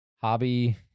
hobby